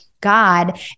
God